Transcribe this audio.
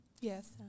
yes